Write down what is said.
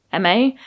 MA